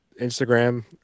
Instagram